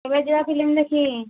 ଏବେ ଯିବା ଫିଲ୍ମ ଦେଖି